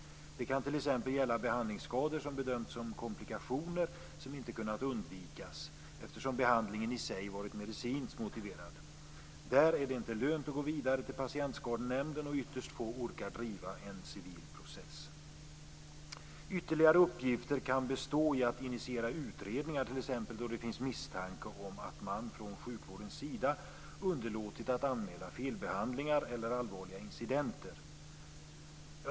Det kan t.ex. gälla behandlingsskador som bedömts som komplikationer som inte kunnat undvikas eftersom behandlingen i sig varit medicinskt motiverad. Där är det inte lönt att gå vidare till Patientskadenämnden, och ytterst få orkar driva en civil process. Ytterligare uppgifter kan bestå i att initiera utredningar, t.ex. då det finns misstanke om att man från sjukvårdens sida underlåtit att anmäla felbehandlingar eller allvarliga incidenter.